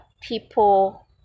people